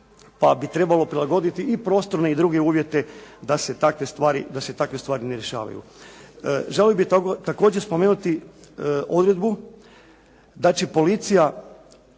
pa bi trebalo prilagoditi i prostorne i druge uvjete da se takve stvari ne rješavaju. Želio bih također spomenuti odredbu da će policija